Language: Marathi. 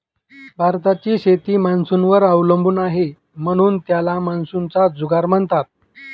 भारताची शेती मान्सूनवर अवलंबून आहे, म्हणून त्याला मान्सूनचा जुगार म्हणतात